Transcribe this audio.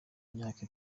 myaka